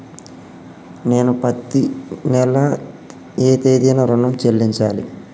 నేను పత్తి నెల ఏ తేదీనా ఋణం చెల్లించాలి?